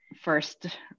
first